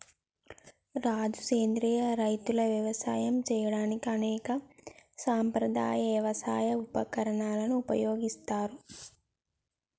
రాజు సెంద్రియ రైతులు యవసాయం సేయడానికి అనేక సాంప్రదాయ యవసాయ ఉపకరణాలను ఉపయోగిస్తారు